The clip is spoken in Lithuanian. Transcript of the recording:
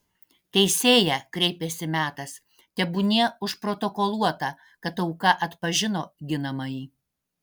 teisėja kreipėsi metas tebūnie užprotokoluota kad auka atpažino ginamąjį